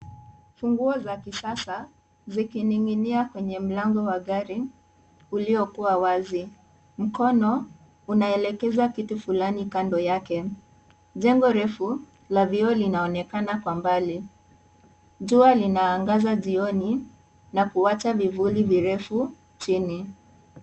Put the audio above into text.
Funguo za kisasa, zikininginia kwenye mlango wa gari, ulio kuwa wazi, mkono, unaelekeza kitu kando yake, jengo refu, la vioo linaonekana kwa mbali, jua linaangaza jioni, na kuwacha vivuli virefu, chini.